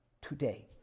today